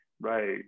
right